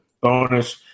bonus